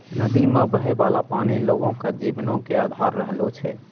नदी मे बहै बाला पानी लोगो के जीवनो के अधार रहलो छै